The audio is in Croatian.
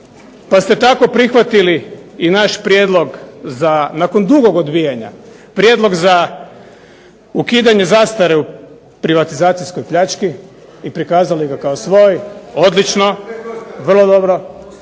pa ste tako prihvatili i naš prijedlog za, nakon dugog odbijanja, prijedlog za ukidanje zastare u privatizacijskoj pljački i prikazali ga kao svoj, odlično, vrlo dobro.